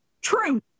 true